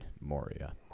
Moria